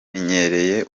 twamenyereye